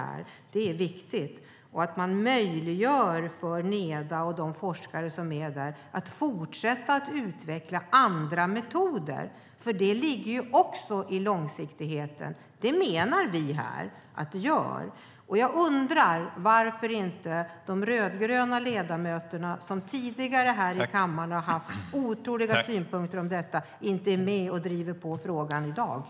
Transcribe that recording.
Det är också viktigt att hon möjliggör för Neda och de forskare som är där att fortsätta att utveckla andra metoder. Vi menar ju att det också ligger i långsiktigheten.